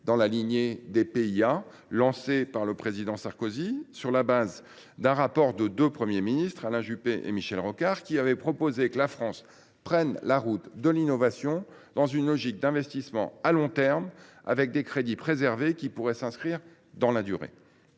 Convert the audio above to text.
d’avenir lancés par le président Sarkozy, sur la base du rapport de deux Premiers ministres, Alain Juppé et Michel Rocard. Ceux ci avaient proposé que la France prenne la route de l’innovation en adoptant une logique d’investissements à long terme, grâce à des crédits préservés susceptibles de s’inscrire dans la durée.